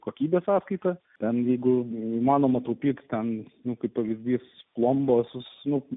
kokybės sąskaita ten lygu neįmanoma tų pykstame juk pvz klombos susmuko